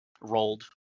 rolled